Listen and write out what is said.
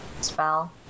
spell